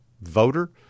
voter